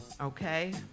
Okay